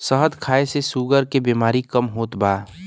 शहद खाए से शुगर के बेमारी कम होत बा